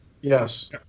Yes